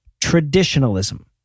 traditionalism